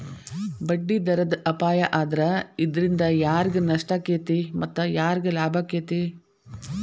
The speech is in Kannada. ಬಡ್ಡಿದರದ್ ಅಪಾಯಾ ಆದ್ರ ಇದ್ರಿಂದಾ ಯಾರಿಗ್ ನಷ್ಟಾಕ್ಕೇತಿ ಮತ್ತ ಯಾರಿಗ್ ಲಾಭಾಕ್ಕೇತಿ?